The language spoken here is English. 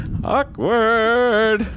Awkward